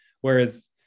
whereas